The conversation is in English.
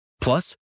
Plus